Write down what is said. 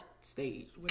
stage